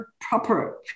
proper